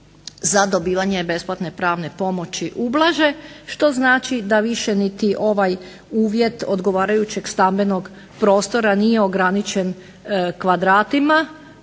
za dobivanje besplatne pravne pomoći ublaže što znači da više niti ovaj uvjet odgovarajućeg stambenog prostora nije ograničen kvadratima,